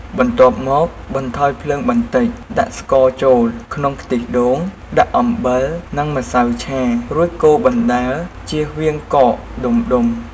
បន្ទាប់មក បន្ថយភ្លើងបន្តិច ដាក់ស្ករចូលក្នុងខ្ទិះដូង ដាក់អំបិលនិងម្សៅឆា រួចកូរបណ្តើរជៀសវាងកកដុំៗ។